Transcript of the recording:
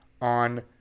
on